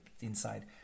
inside